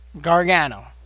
Gargano